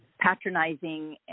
patronizing